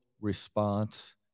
response